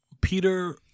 Peter